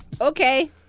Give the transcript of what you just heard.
Okay